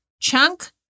Chunk